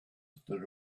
that